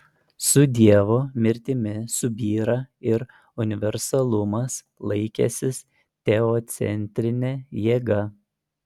su dievo mirtimi subyra ir universalumas laikęsis teocentrine jėga